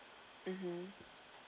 mmhmm